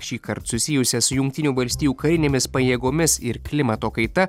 šįkart susijusias su jungtinių valstijų karinėmis pajėgomis ir klimato kaita